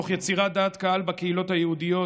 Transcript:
תוך יצירת דעת קהל בקהילות היהודיות,